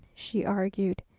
she argued,